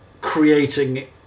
creating